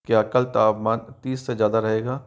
क्या कल तापमान तीस से ज़्यादा रहेगा